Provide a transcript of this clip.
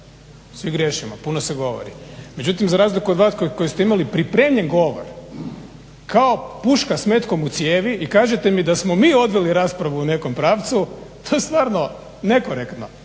Svi griješimo, puno se govori. Međutim za razliku od vas koji ste imali pripremljen govor kao puška s metkom u cijevi i kažete mi da smo mi odveli raspravu u nekom pravcu to je stvarno nekorektno.